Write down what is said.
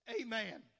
Amen